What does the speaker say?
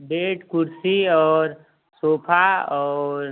bed कुर्सी और sofa और